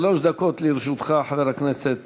שלוש דקות לרשותך, חבר הכנסת